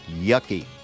yucky